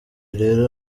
rero